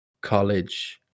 college